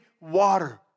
water